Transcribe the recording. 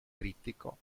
trittico